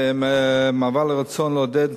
מעבר לרצון לעודד